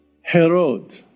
Herod